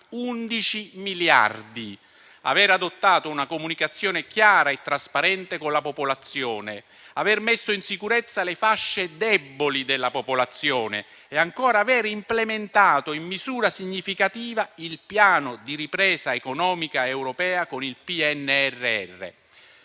(11 miliardi), aver adottato una comunicazione chiara e trasparente con la popolazione, aver messo in sicurezza le fasce deboli della popolazione e ancora aver implementato in misura significativa il piano di ripresa economica europea con il PNRR.